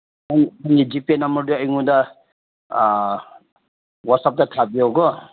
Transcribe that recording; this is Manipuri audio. ꯑꯩ ꯅꯪꯒꯤ ꯖꯤꯄꯦ ꯅꯝꯕꯔꯗꯤ ꯑꯩꯉꯣꯟꯗ ꯋꯥꯆꯦꯞꯇ ꯊꯥꯕꯤꯌꯣꯀꯣ